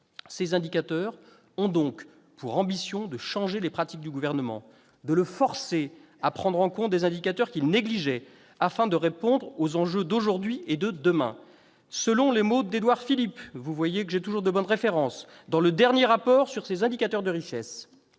ces indicateurs vise donc à changer les pratiques du Gouvernement, à le forcer à prendre en compte des indicateurs qu'il négligeait, afin de répondre aux enjeux d'aujourd'hui et de demain. Selon les mots d'Édouard Philippe- vous voyez, mes chers collègues, que j'ai toujours de bonnes références -dans le dernier rapport sur ces indicateurs de richesse,